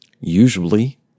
Usually